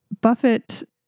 Buffett